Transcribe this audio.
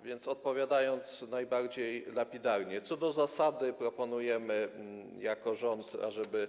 A więc, odpowiadając możliwie najbardziej lapidarnie, co do zasady proponujemy jako rząd, ażeby